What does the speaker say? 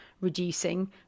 reducing